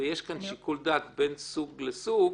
ויש שיקול דעת בין סוג לסוג,